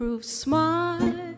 smile